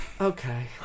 Okay